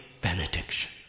benediction